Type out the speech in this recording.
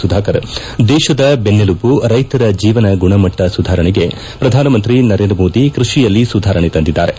ಸುಧಾಕರ್ ದೇಶದ ಬೆನ್ನೆಲುಬು ರೈತರ ಜೀವನಗುಣಮಟ್ಟ ಸುಧಾರಣೆಗೆ ಪ್ರಧಾನಮಂತ್ರಿ ನರೇಂದ್ರ ಮೋದಿ ಕೃಷಿಯಲ್ಲಿ ಸುಧಾರಣೆ ತಂದಿದ್ದಾರೆ